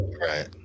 Right